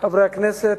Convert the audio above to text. חברי הכנסת,